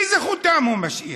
איזה חותם הוא משאיר?